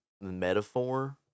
metaphor